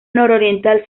nororiental